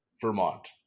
Vermont